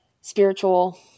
spiritual